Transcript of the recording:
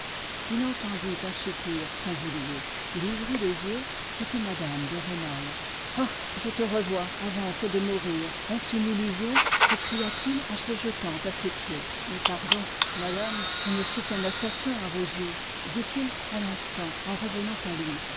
il entendit un soupir singulier il ouvrit les yeux c'était mme de rênal ah je te revois avant que de mourir est-ce une illusion s'écria-t-il en se jetant à ses pieds mais pardon madame je ne suis qu'un assassin à vos yeux dit-il à l'instant en revenant à lui